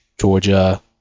Georgia